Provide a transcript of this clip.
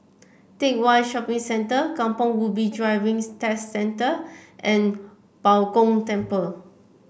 Teck Whye Shopping Centre Kampong Ubi Driving Test Centre and Bao Gong Temple